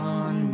on